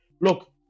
Look